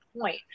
point